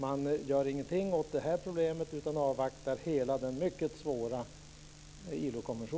Man gör ingenting åt det här problemet utan avvaktar hela den mycket svåra ILO